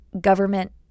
government